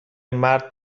مرد